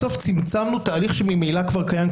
בסוף צמצמנו את ההליך שממילא כבר קיים,